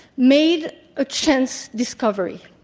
made a chance discovery.